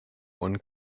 one